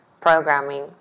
programming